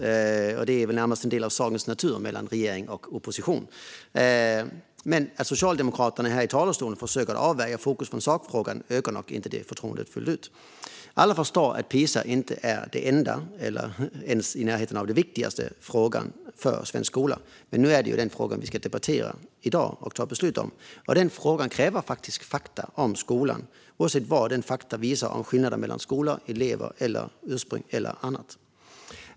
Det ligger väl närmast i sakens natur mellan regering och opposition. Men att Socialdemokraterna här i talarstolen försöker flytta fokus från sakfrågan ökar nog inte detta förtroende. Alla förstår att PISA inte är den enda eller ens den viktigaste frågan för svensk skola. Nu är det dock den frågan vi ska debattera och fatta beslut om i dag, och den kräver faktiskt fakta om skolan, oavsett vad dessa fakta visar om skillnaden mellan skolor, elever, ursprung eller annat.